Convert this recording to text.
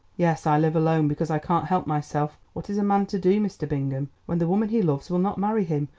yes, i live alone, because i can't help myself. what is a man to do, mr. bingham, when the woman he loves will not marry him,